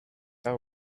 that